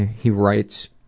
he writes,